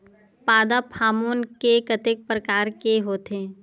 पादप हामोन के कतेक प्रकार के होथे?